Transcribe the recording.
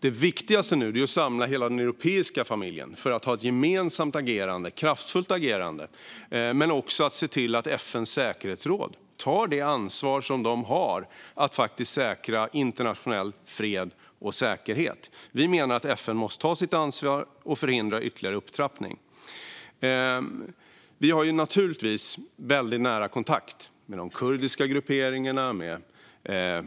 Det viktigaste nu är att samla den europeiska familjen i ett gemensamt kraftfullt agerande och att se till att FN:s säkerhetsråd tar det ansvar det har för att säkra internationell fred och säkerhet. Vi menar att FN måste ta sitt ansvar och förhindra ytterligare upptrappning. Vi har givetvis nära kontakt med de kurdiska grupperingarna och med